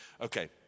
Okay